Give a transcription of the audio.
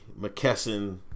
McKesson